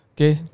Okay